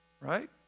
right